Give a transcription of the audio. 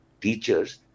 teachers